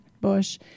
Bush